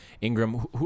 Ingram